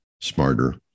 smarter